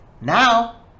now